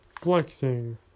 flexing